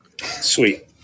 Sweet